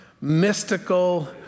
mystical